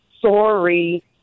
sorry